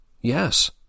Yes